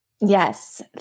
Yes